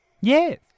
Yes